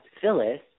Phyllis